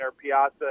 Piazza